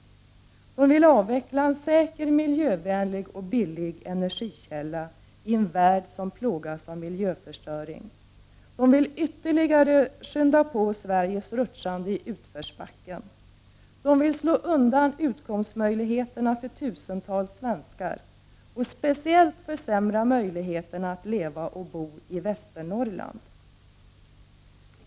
Regeringen vill avveckla en säker, miljövänlig och billig energikälla i en värld som plågas av miljöförstöring. Regeringen vill ytterligare skynda på Sveriges rutschande i utförsbacken. Regeringen vill slå undan utkomstmöjligheterna för tusentals svenskar, och speciellt försämra möjligheterna att leva och bo i Västernorrland.